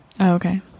Okay